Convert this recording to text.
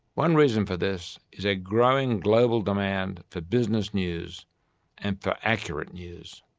one reason for this is a growing global demand for business news and for accurate news.